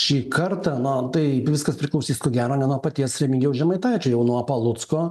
šį kartą na o tai viskas priklausys ko gero ne nuo paties remigijaus žemaitaičio jau nuo palucko